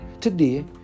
Today